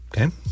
Okay